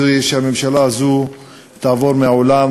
זה שהממשלה הזאת תעבור מהעולם,